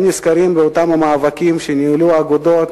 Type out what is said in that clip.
הם נזכרים באותם מאבקים שניהלו אגודות